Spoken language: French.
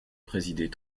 présidait